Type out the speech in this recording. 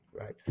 right